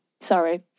Sorry